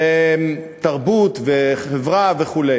ותרבות, וחברה, וכו'.